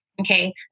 Okay